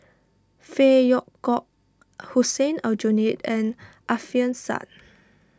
Phey Yew Kok Hussein Aljunied and Alfian Sa'At